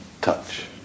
touch